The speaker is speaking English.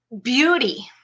beauty